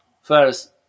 first